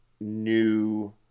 new